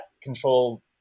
control